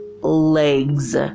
legs